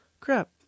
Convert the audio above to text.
crap